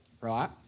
right